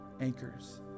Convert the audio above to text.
anchors